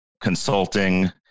consulting